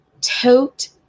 tote